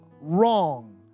wrong